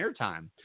airtime